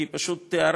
כי היא פשוט תיהרס,